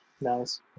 Nice